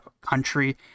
country